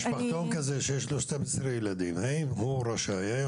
משפחתון כזה שיש לו 12 ילדים, האם הוא רשאי?